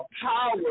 power